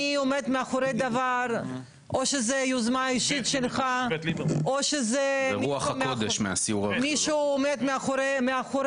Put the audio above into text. מי עומד מאחורי הדבר או שזו יוזמה אישית שלך או שזה מישהו עומד מאחוריך.